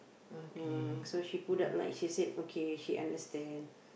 uh so she put up like she said okay she understand